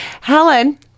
Helen